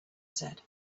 said